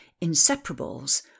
inseparables